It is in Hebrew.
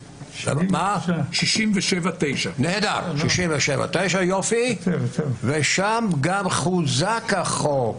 9-67. נהדר, 9-67. שם גם חוזק החוק,